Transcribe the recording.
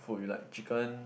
food you like chicken